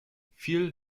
viel